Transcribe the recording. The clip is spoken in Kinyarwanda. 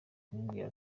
kumubwira